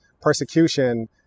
persecution